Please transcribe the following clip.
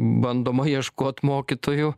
bandoma ieškot mokytojų